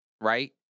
right